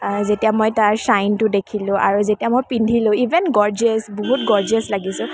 যেতিয়া মই তাৰ শ্বাইনটো দেখিলোঁ আৰু যেতিয়া মই পিন্ধিলোঁ ইভেন গৰজিয়াচ বহুত গৰজিয়াচ লাগিছিল